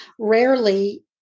rarely